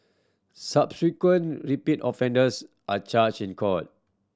subsequent repeat offenders are charged in court